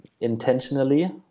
intentionally